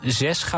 zes